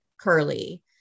curly